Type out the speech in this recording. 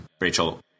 Rachel